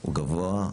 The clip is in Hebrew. הוא גבוה,